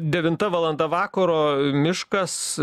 devinta valanda vakaro miškas